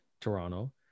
Toronto